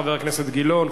חבר הכנסת גילאון,